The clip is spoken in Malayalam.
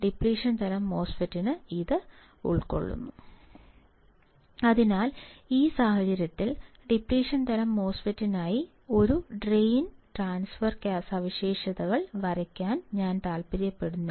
ഡിപ്ലിഷൻ തരം MOSFET ഇത് ഉൾക്കൊള്ളുന്നു അതിനാൽ ഈ സാഹചര്യത്തിൽ ഡിപ്ലിഷൻ തരം മോസ്ഫെറ്റിനായി ഒരു ഡ്രെയിൻ ട്രാൻസ്ഫർ സവിശേഷതകൾ വരയ്ക്കാൻ ഞാൻ താൽപ്പര്യപ്പെടുന്നെങ്കിൽ